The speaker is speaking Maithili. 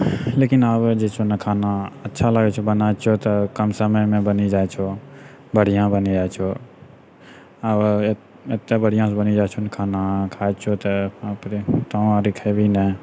लेकिन आबे जे छै ने खाना अच्छा लागै छिऔ बनाबै छिऔ तऽ कम समयमे बनी जाइ छौ बढ़िआँ बनी जाइ छौ आओर ओ एते बढ़िआँसँ बनी जाइ छौ खाना खाइ छिऔ तऽ बाप रे तू आओर खेबही ने